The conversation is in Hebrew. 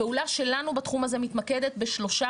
הפעולה שלנו בתחום הזה מתמקדת בשלושה